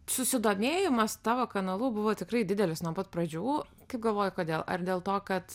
susidomėjimas tavo kanalu buvo tikrai didelis nuo pat pradžių kaip galvoji kodėl ar dėl to kad